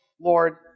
Lord